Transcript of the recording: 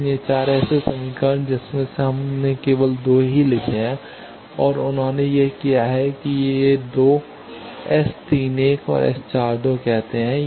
इसलिए 4 ऐसे समीकरण जिनमें से हमने केवल 2 ही लिखे हैं और उन्होंने यह किया है कि ये 2 S 31 और S 42 कहते हैं